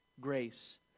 grace